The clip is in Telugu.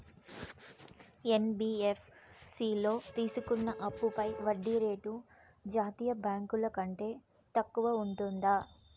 యన్.బి.యఫ్.సి లో తీసుకున్న అప్పుపై వడ్డీ రేటు జాతీయ బ్యాంకు ల కంటే తక్కువ ఉంటుందా?